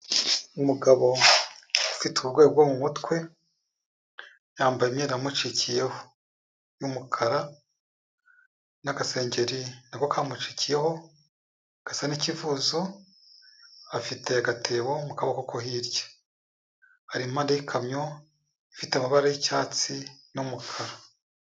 Umugabo ufite uburwayi bwo mu mutwe, yambaye imyenda yamucikiyeho y'umukara n'agasengeri nako kamucikiyeho gasa n'ikivuzo, afite agatebo mu kaboko ko hirya, ari impande y'ikamyo ifite amabara y'icyatsi n'umukara.